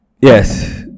yes